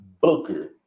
Booker